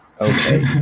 Okay